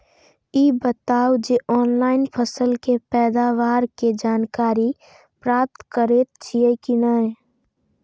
ई बताउ जे ऑनलाइन फसल के पैदावार के जानकारी प्राप्त करेत छिए की नेय?